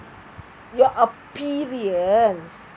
your appearance